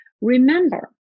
remember